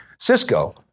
Cisco